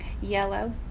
yellow